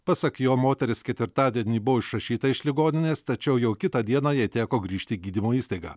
pasak jo moteris ketvirtadienį buvo išrašyta iš ligoninės tačiau jau kitą dieną jai teko grįžti į gydymo įstaigą